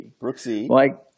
Brooksy